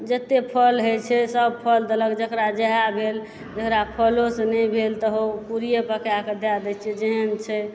जते फल होइछै सभ फल देलक जकरा जेहे भेल जकरा फलोसँ नहि भेल तऽ हउ पुड़िये पकाए कऽ दए दए छै जेहन छै